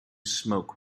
smoke